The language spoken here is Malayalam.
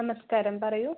നമസ്കാരം പറയൂ